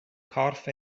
corff